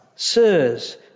Sirs